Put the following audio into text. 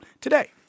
today